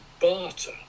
barter